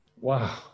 Wow